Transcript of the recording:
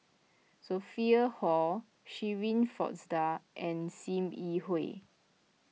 Sophia Hull Shirin Fozdar and Sim Yi Hui